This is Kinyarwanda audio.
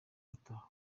bataha